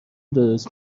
درست